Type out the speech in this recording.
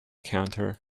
counter